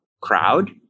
crowd